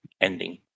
ending